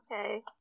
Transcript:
Okay